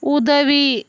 உதவி